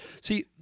See